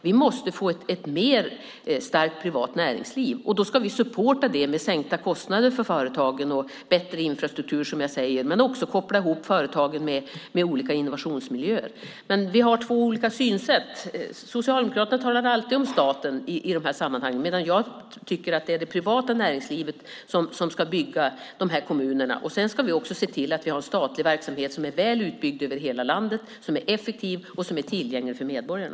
Vi måste få ett starkare privat näringsliv, och då ska vi supporta det med sänkta kostnader för företagen och bättre infrastruktur. Men vi ska också koppla ihop företagen med olika innovationsmiljöer. Vi har två olika synsätt. Socialdemokraterna talade alltid om staten i de här sammanhangen medan jag tycker att det är det privata näringslivet som ska bygga kommunerna. Sedan ska vi också se till att vi har en statlig verksamhet som är väl utbyggd över hela landet, som är effektiv och som är tillgänglig för medborgarna.